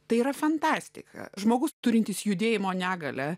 tai yra fantastika žmogus turintis judėjimo negalią